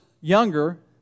younger